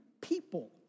people